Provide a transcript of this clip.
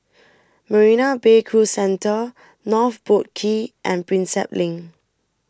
Marina Bay Cruise Centre North Boat Quay and Prinsep Link